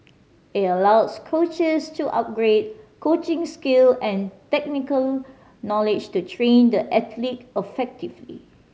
it allows coaches to upgrade coaching skill and technical knowledge to train the athlete effectively